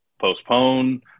postpone